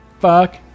Fuck